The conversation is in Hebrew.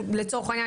לצורך העניין,